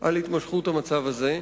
על התמשכות המצב הזה.